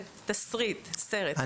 תסריט, סרט, משהו כזה.